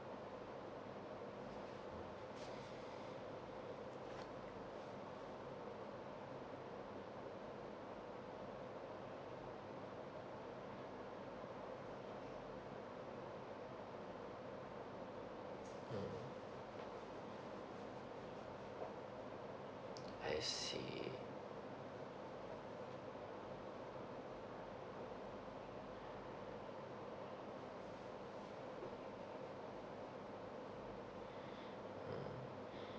mm I see mm